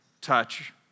touch